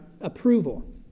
approval